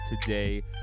today